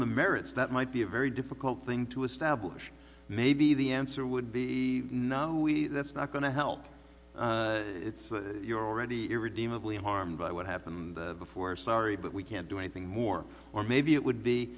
the merits that might be a very difficult thing to establish maybe the answer would be no we that's not going to help it's you're already irredeemably harmed by what happened before sorry but we can't do anything more or maybe it would be